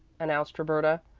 announced roberta.